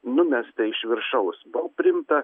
numesta iš viršaus buvo priimta